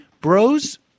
bros